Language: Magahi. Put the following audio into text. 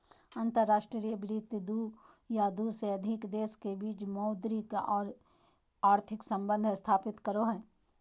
अंतर्राष्ट्रीय वित्त दू या दू से अधिक देश के बीच मौद्रिक आर आर्थिक सम्बंध स्थापित करो हय